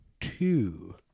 two